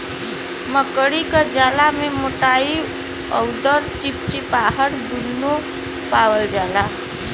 मकड़ी क जाला में मोटाई अउर चिपचिपाहट दुन्नु पावल जाला